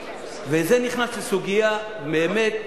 וזה נכנס לסוגיה באמת,